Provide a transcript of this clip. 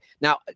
Now